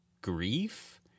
grief